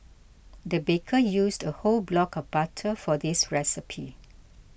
the baker used a whole block of butter for this recipe